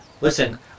Listen